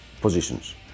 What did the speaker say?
positions